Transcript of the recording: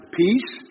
peace